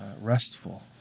restful